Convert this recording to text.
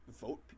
vote